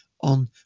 on